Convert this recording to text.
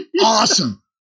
Awesome